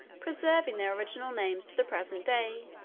preserving their original names to the present day,